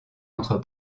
entre